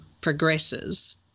progresses